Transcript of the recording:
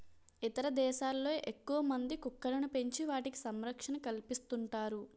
ఇతర దేశాల్లో ఎక్కువమంది కుక్కలను పెంచి వాటికి సంరక్షణ కల్పిస్తుంటారు